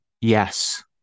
Yes